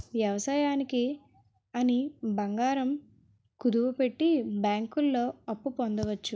వ్యవసాయానికి అని బంగారం కుదువపెట్టి బ్యాంకుల్లో అప్పు పొందవచ్చు